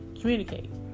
Communicate